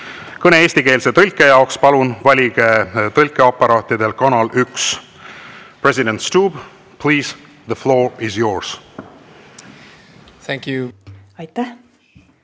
Kõne eestikeelse tõlke jaoks palun valige tõlkeaparaatidel kanal üks. President Stubb, please, the floor is yours! Tere päevast,